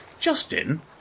Justin